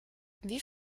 wie